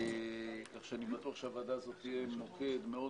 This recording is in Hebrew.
כך שאני בטוח שהוועדה הזאת תהיה מוקד מאוד